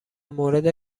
مورد